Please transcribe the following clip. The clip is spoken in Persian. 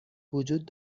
وجود